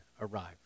arrived